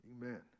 Amen